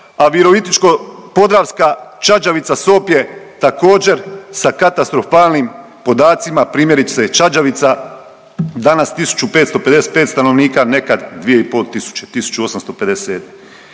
a Virovitičko-podravska Čađavica, Sopje također sa katastrofalnim podacima primjerice Čađavica danas 1.555 stanovnika, nekad 2.